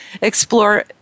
explore